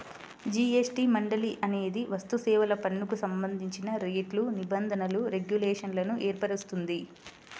GST మండలి అనేది వస్తుసేవల పన్నుకు సంబంధించిన రేట్లు, నిబంధనలు, రెగ్యులేషన్లను ఏర్పరుస్తుంది